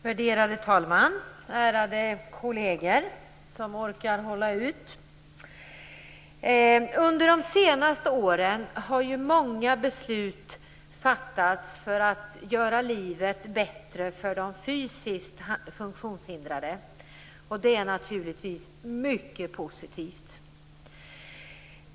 Värderade talman! Ärade kolleger som orkar hålla ut! Under de senaste åren har det ju fattats många beslut för att göra livet bättre för de fysiskt funktionshindrade, och det är naturligtvis mycket positivt.